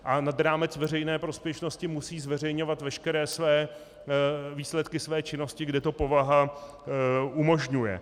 A nad rámec veřejné prospěšnosti musí zveřejňovat veškeré výsledky své činnosti, kde to povaha umožňuje.